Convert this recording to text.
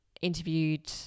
interviewed